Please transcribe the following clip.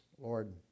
Lord